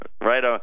right